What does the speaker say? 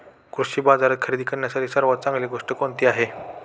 कृषी बाजारात खरेदी करण्यासाठी सर्वात चांगली गोष्ट कोणती आहे?